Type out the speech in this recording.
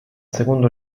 secondo